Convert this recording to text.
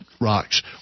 Rocks